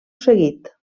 seguit